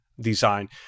design